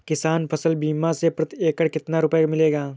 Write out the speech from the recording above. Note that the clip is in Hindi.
किसान फसल बीमा से प्रति एकड़ कितना रुपया मिलेगा?